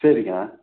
சரிங்க